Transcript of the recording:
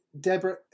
Deborah